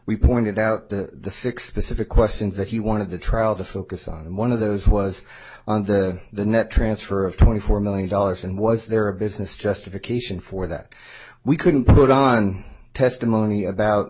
we pointed out the six the civic questions that he wanted the trial to focus on and one of those was on the the net transfer of twenty four million dollars and was there a business justification for that we couldn't put on testimony about